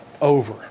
over